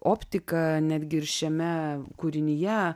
optika netgi ir šiame kūrinyje